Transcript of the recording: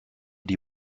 die